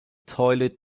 toilet